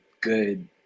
good